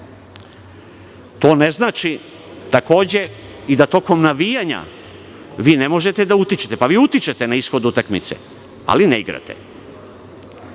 ne znači da tokom navijanja vi ne možete da utičete, pa vi utičete na ishod utakmice, ali ne igrate. Pravni